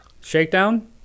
Shakedown